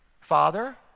Father